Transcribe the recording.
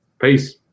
Peace